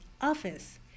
Office